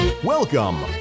Welcome